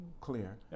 clear